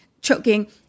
choking